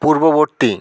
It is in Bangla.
পূর্ববর্তী